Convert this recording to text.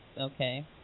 okay